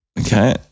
Okay